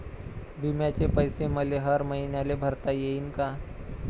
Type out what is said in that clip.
बिम्याचे पैसे मले हर मईन्याले भरता येईन का?